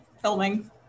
filming